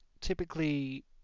typically